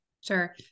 Sure